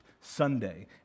Sunday